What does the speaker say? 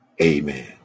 Amen